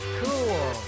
cool